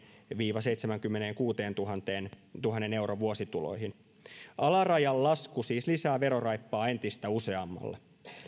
viiva seitsemänkymmenenkuudentuhannen euron vuosituloihin alarajan lasku siis lisää veroraippaa entistä useammalle